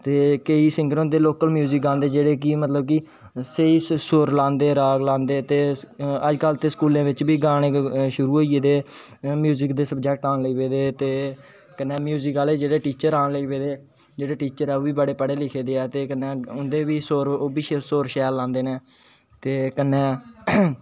केंई सिंगर होंदे local music गांदे जेहडे कि मतलब कि स्हेई सुर लांदे राग लांदे ते अजकल ते स्कूले च बी गाने गाना शुरु होई गेदे म्युयिक दे सब्जेक्ट आन लगी पेदे ते कन्ने म्युयिक आहले जेहडे टीचर आन लगी पेदे जेहडे टीचर ना ओ बी बडे पढे लिक्खे दे है ते कन्ने उंदे बी सुर शैल लांदे न त कन्नै